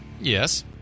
Yes